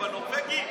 היא בנורבגי?